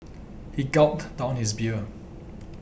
he gulped down his beer